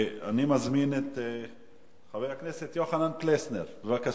אני מזמין את חבר הכנסת יוחנן פלסנר, בבקשה.